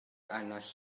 arnoch